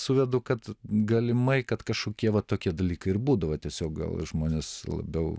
suvedu kad galimai kad kažkokie va tokie dalykai ir būdavo tiesiog gal žmonės labiau